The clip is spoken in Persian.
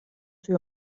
توی